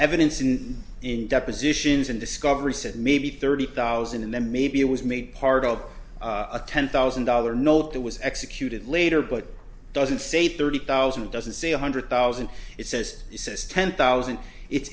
evidence in in depositions and discovery said maybe thirty thousand and then maybe it was made part of a ten thousand dollar note that was executed later but doesn't say thirty thousand doesn't say one hundred thousand it says he says ten thousand it's